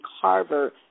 Carver